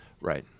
right